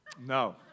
No